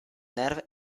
nerve